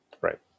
Right